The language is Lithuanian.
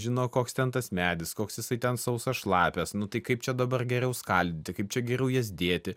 žino koks ten tas medis koks jisai ten sausas šlapias nu tai kaip čia dabar geriau skaldyti kaip čia geriau jas dėti